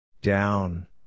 Down